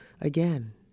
again